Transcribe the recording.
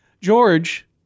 George